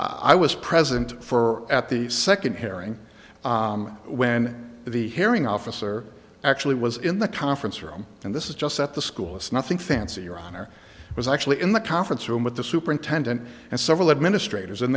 i was present for at the second hearing when the hearing officer actually was in the conference room and this is just at the school it's nothing fancy your honor was actually in the conference room with the superintendent and several administrators and